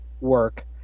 work